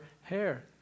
hair